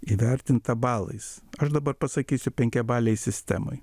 įvertinta balais aš dabar pasakysiu penkiabalėj sistemoj